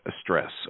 stress